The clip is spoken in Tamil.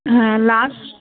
ஆ லாஸ்